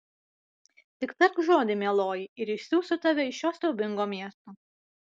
tik tark žodį mieloji ir išsiųsiu tave iš šio siaubingo miesto